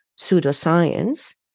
pseudoscience